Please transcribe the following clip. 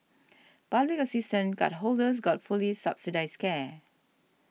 public assistance cardholders got fully subsidised care